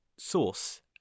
Source